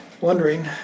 wondering